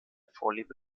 vorliebe